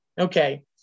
okay